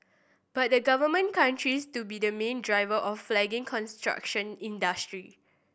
but the Government countries to be the main driver of the flagging construction industry